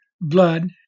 blood